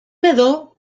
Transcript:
meddwl